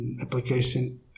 application